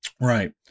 Right